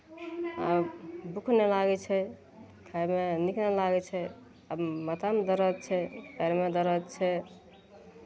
भूख नहि लागै छै खायमे नीक नहि लागै छै कभी माथामे दरद छै पएरमे दरद छै